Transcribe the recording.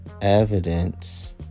evidence